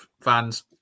fans